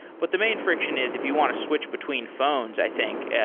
but the main friction is, if you want to switch between phones, i think,